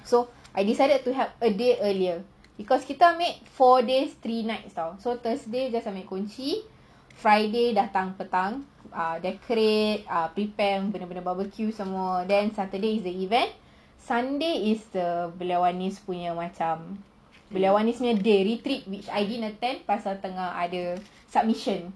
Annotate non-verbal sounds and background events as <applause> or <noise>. so I decided to help a day earlier because kita ambil four days three night so thursday just ambil kunci friday datang petang decorate prepare benda-benda barbecue then saturday the event barbecue some more then saturday is the event sunday is the <noise> punya macam retreat pasal tengah ada submission